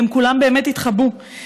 והם כולם באמת התחבאו.